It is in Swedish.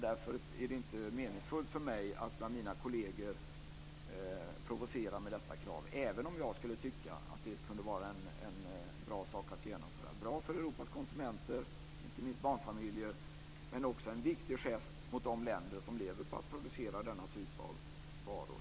Därför är det inte meningsfullt för mig att bland mina kolleger provocera med detta krav, även om jag skulle tycka att det vore en bra sak att genomföra. Det vore bra för Europas konsumenter, inte minst för barnfamiljer, men också en viktig gest mot de länder som lever på att producera denna typ av varor.